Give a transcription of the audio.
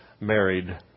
married